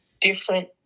different